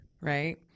right